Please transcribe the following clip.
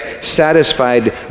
satisfied